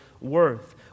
worth